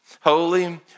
Holy